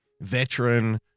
veteran